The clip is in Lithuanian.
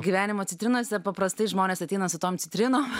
gyvenimo citrinose paprastai žmonės ateina su tom citrinom